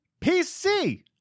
PC